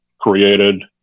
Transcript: Created